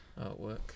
artwork